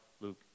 Luke